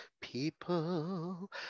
People